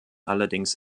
allerdings